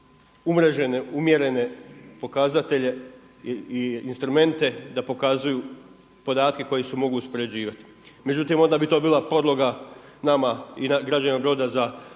umrežene umjerene pokazatelj i instrumente da pokazuju podatke koji se mogu uspoređivati. Međutim, onda bi to bila podloga nama i građanima Broda za